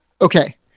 okay